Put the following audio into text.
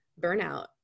burnout